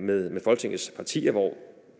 med Folketingets partier. Man